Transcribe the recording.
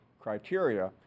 criteria